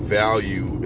value